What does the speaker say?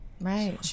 Right